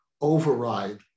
override